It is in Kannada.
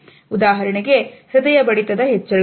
ಉದಾಹರಣೆಗೆ ಹೃದಯ ಬಡಿತದ ಹೆಚ್ಚಳ